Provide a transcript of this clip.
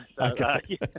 Okay